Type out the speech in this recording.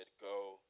go